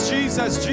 Jesus